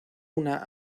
una